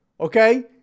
Okay